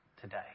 today